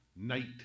night